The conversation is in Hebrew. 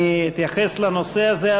אני אתייחס לנושא הזה,